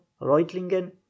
reutlingen